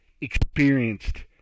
experienced